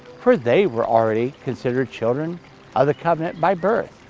for they were already considered children of the covenant by birth.